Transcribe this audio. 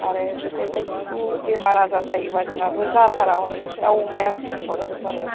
आरो बेफोर बायदिखौ बेमार आजार जायोबा जोंहाबो जाथारा हनै दाव अमाया स्रिं स्र' जाजोब थारो